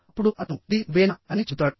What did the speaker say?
అప్పుడు అతను ఇది నువ్వేనా అని చెబుతాడు